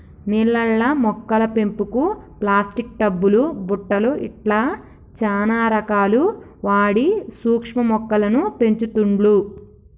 నీళ్లల్ల మొక్కల పెంపుకు ప్లాస్టిక్ టబ్ లు బుట్టలు ఇట్లా చానా రకాలు వాడి సూక్ష్మ మొక్కలను పెంచుతుండ్లు